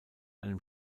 einem